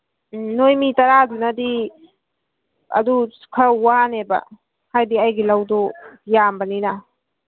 ꯎꯝ ꯅꯈꯣꯏ ꯃꯤ ꯇꯔꯥꯗꯨꯅꯗꯤ ꯑꯗꯨ ꯈꯔ ꯋꯥꯅꯦꯕ ꯍꯥꯏꯕꯗꯤ ꯑꯩꯒꯤ ꯂꯧꯗꯣ ꯌꯥꯝꯕꯅꯤꯅ